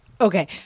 Okay